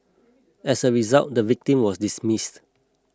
as a result the victim was dismissed